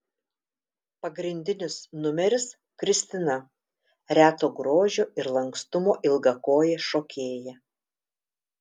pagrindinis numeris kristina reto grožio ir lankstumo ilgakojė šokėja